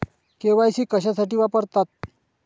KYC कशासाठी वापरतात?